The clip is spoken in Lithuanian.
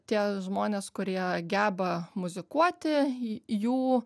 tie žmonės kurie geba muzikuoti jų